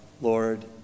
Lord